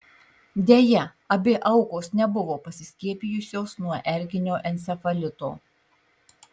deja abi aukos nebuvo pasiskiepijusios nuo erkinio encefalito